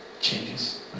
changes